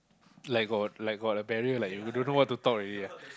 like got like got a barrier like you don't know what to talk already ah